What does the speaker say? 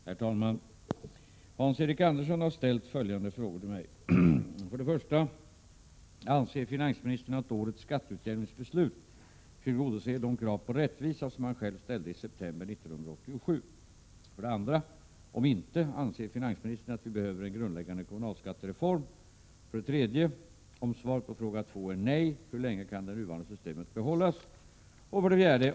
Herr talman! Hans-Eric Andersson har ställt följande frågor till mig: 1. Anser finansministern att årets skatteutjämningsbeslut tillgodoser de krav på rättvisa som han själv ställde i september 1987? 2. Om inte, anser finansministern att vi behöver en grundläggande kommunalskattereform? 3. Om svaret på fråga 2 är nej — hur länge kan det nuvarande systemet behållas? 4.